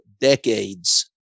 decades